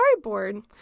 storyboard